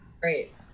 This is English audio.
Great